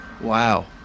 Wow